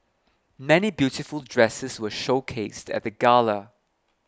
many beautiful dresses were showcased at the gala